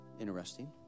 Interesting